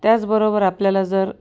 त्याचबरोबर आपल्याला जर